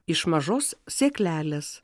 iš mažos sėklelės